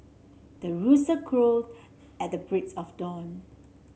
the rooster crow at the break of dawn